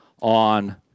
on